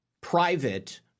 private